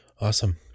Awesome